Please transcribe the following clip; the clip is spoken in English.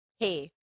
hey